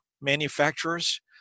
manufacturers